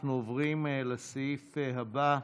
אנחנו עוברים לסעיף הבא,